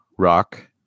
rock